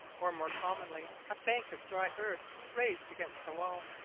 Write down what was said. or more commonly a bank of dry earth raised against the wall.